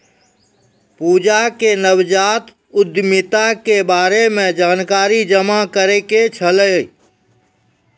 पूजा के नवजात उद्यमिता के बारे मे जानकारी जमा करै के छलै